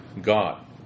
God